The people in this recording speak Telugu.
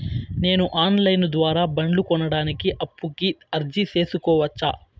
నేను ఆన్ లైను ద్వారా బండ్లు కొనడానికి అప్పుకి అర్జీ సేసుకోవచ్చా?